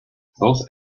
both